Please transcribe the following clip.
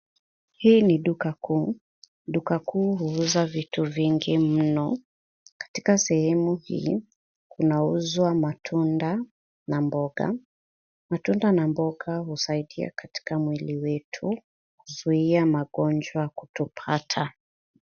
Hii ni duka kuu. Duka kuu huuza vitu vingi mno. Katika sehemu hii, kuna kunauzwa matunda na mboga. Matunda na mboga husaidia katika mwili wetu, huzuia magonjwa kutupata.